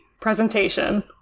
presentation